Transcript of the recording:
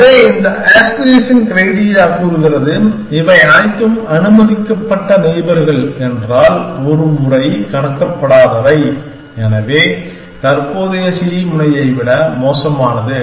எனவே இந்த aspiration criteria கூறுகிறது இவை அனைத்தும் அனுமதிக்கப்பட்ட நெய்பர்கள் என்றால் ஒருமுறை கடக்கப்படாதவை எனது தற்போதைய c முனையை விட மோசமானது